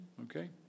okay